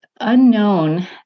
unknown